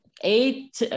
eight